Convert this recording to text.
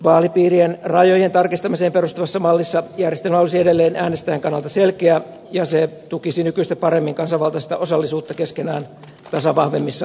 vaalipiirien rajojen tarkistamiseen perustuvassa mallissa järjestelmä olisi edelleen äänestäjän kannalta selkeä ja se tukisi nykyistä paremmin kansanvaltaista osallisuutta keskenään tasavahvemmissa vaalipiireissä